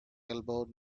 elbowed